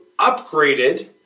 upgraded